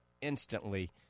instantly